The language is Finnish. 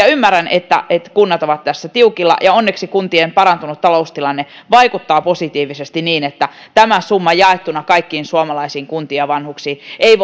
ymmärrän että että kunnat ovat tässä tiukilla ja onneksi kuntien parantunut taloustilanne vaikuttaa positiivisesti niin että tämä summa jaettuna kaikkiin suomalaisiin kuntiin ja vanhuksiin ei